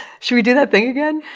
should we do that thing again?